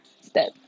step